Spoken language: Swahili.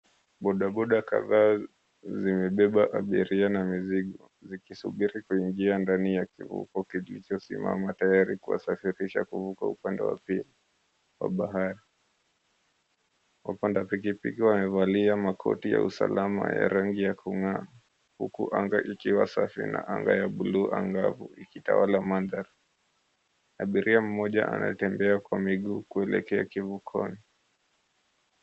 Boda boda kadhaa zimebeba abiria na mizigo, zikisubiri kuingia ndani ya kivuko kilichosimama tayari kuwasafirisha kuvuka upande wa pili wa bahari. Wapanda pikipiki wamevalia makoti ya usalama ya rangi ya kung'aa ,huku anga ikiwa safi na anga ya buluu angavu ikitawala mandhari. Abiria mmoja anatembea kwa miguu kuelekea kivukoni.